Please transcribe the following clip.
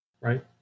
right